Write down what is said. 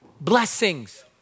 blessings